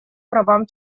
правам